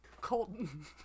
Colton